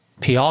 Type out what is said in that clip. PR